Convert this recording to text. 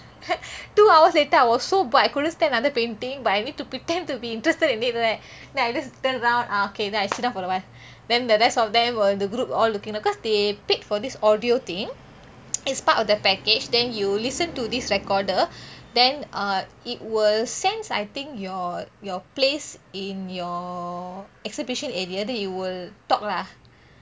two hours later I was so bored I couldn't stand another painting but I need to pretend to be interested in right then I just turn around ah okay then I sit down for a while then the rest of them were in the group all looking because they paid for this audio thing is part of the package then you listen to these recorder then err it will sense I think your your place in your exhibition area then it will talk lah